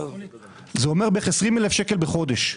זה אומר בערך 20,000 שקלים בחודש.